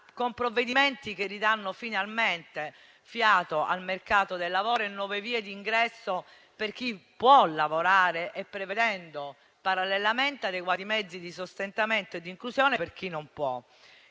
con provvedimenti che ridanno finalmente fiato al mercato del lavoro e garantiscono nuove vie di ingresso per chi può lavorare, prevedendo parallelamente adeguati mezzi di sostentamento e di inclusione per chi non può;